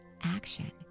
action